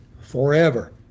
forever